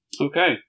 Okay